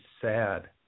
sad